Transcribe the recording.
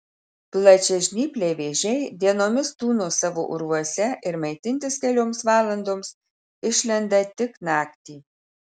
plačiažnypliai vėžiai dienomis tūno savo urvuose ir maitintis kelioms valandoms išlenda tik naktį